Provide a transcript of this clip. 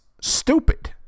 stupid